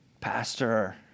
pastor